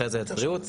אחרי זה את הבריאות.